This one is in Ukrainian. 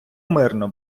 мирно